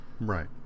right